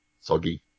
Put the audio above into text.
soggy